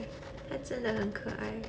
他真的很可爱